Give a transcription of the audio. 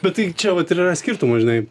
bet tai čia vat ir yra skirtumų žinai